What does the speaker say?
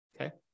Okay